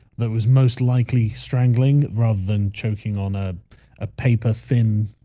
that was most likely strangling rather than choking on a ah paper thin